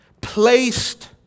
placed